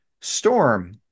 Storm